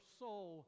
soul